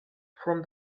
from